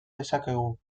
dezakegu